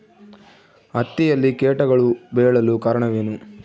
ಹತ್ತಿಯಲ್ಲಿ ಕೇಟಗಳು ಬೇಳಲು ಕಾರಣವೇನು?